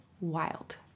wild